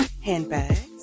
handbags